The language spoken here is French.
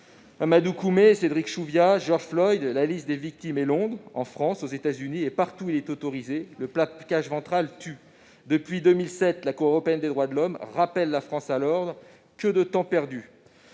Amadou Koumé, Cédric Chouviat, George Floyd : la liste des victimes est longue. En France, aux États-Unis et partout où il est autorisé, le placage ventral tue ! Depuis 2007, la Cour européenne des droits de l'homme rappelle la France à l'ordre. Que de temps perdu